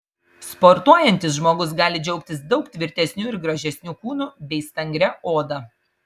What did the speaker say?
sportuojantis žmogus gali džiaugtis daug tvirtesniu ir gražesniu kūnu bei stangria oda